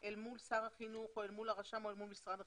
אל מול שר החינוך או אל מול הרשם או אל מול משרד החינוך.